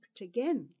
again